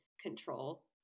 control